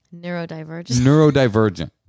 Neurodivergent